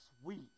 Sweet